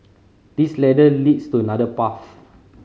this ladder leads to another path